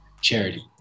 charity